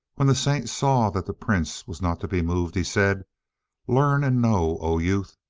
when the saint saw that the prince was not to be moved, he said learn and know, o youth!